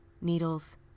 needles